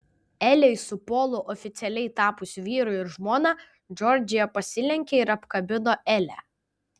elei su polu oficialiai tapus vyru ir žmona džordžija pasilenkė ir apkabino elę